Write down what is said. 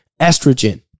estrogen